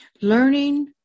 learning